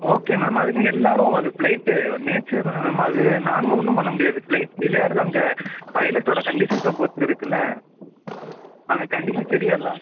okay ma'am அதுக்குன்னு எல்லாரும் அது ஃப்ளைட்டு நேச்சர் தானே மேம் அது நாங்கள் ஒன்றும் பண்ண முடியாது ஃப்ளைட் டிலே ஆகுறது அங்கே பைலட்டோட கண்டிஷன்ஸை பொறுத்து இருக்குல அங்கே கண்டிஷன் சரியாக இல்ல